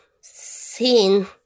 seen